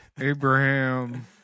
Abraham